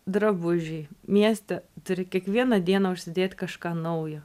drabužiai mieste turi kiekvieną dieną užsidėt kažką naujo